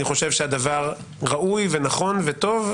אני חושב שהדבר ראוי ונכון וטוב,